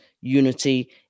unity